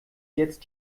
jetzt